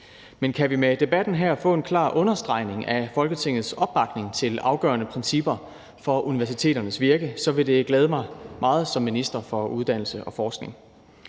Men kan vi med debatten her få en klar understregning af Folketingets opbakning til afgørende principper for universiteternes virke, så vil det glæde mig meget som minister for uddannelse og forskning.